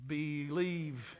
believe